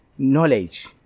Knowledge